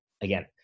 again